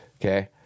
Okay